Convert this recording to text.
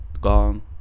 gone